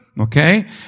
Okay